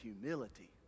humility